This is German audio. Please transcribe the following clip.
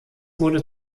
wurde